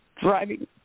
driving